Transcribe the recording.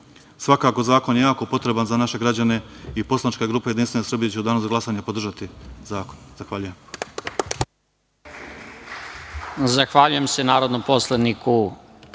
Svakako zakon je jako potreban za naše građane i Poslanička grupa JS će u danu za glasanje podržati zakon. Zahvaljujem.